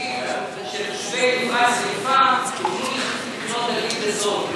שתושבי מפרץ-חיפה יוכלו לקנות דגים בזול.